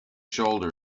shoulder